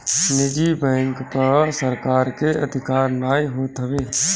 निजी बैंक पअ सरकार के अधिकार नाइ होत हवे